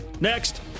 next